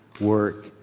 work